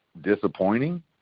disappointing